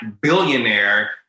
billionaire